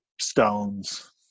stones